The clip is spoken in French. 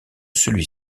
celui